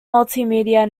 multimedia